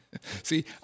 see